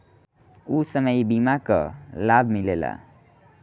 ऊ समय ई बीमा कअ लाभ मिलेला